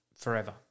forever